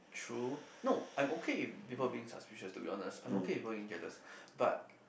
true no I'm okay with people being suspicious to be honest I'm okay with people being jealous but